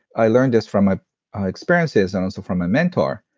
i learned this from my experiences and also from my mentor.